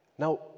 Now